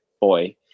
boy